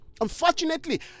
Unfortunately